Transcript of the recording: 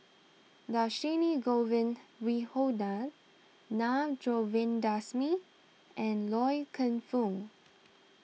Dhershini Govin Winodan Naa Govindasamy and Loy Keng Foo